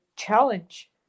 challenge